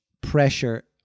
pressure